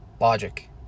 logic